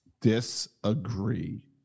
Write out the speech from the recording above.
Disagree